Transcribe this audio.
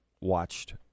watched